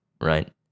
Right